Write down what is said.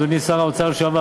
אדוני שר האוצר לשעבר,